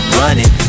running